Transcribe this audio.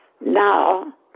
Now